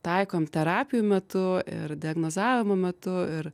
taikom terapijų metu ir diagnozavimo metu ir